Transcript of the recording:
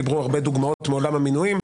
דיברו על הרבה דוגמאות מעולם המינויים,